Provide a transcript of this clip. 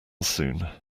soon